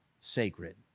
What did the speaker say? sacred